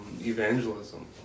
evangelism